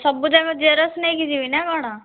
ସବୁଯାକ ଜେରକ୍ସ ନେଇକି ଯିବି ନା କ'ଣ